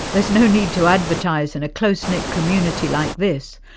there's no need to advertise in a close-knit community like this.